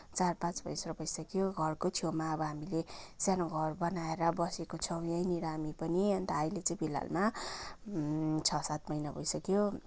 चार पाँच वर्ष भइसक्यो घरको छेउमा अब हामीले सानो घर बनाएर बसेको छौँ यहीँनिर हामी पनि अन्त अहिले चाहिँ फिलहालमा छ सात महिना भइसक्यो